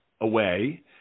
away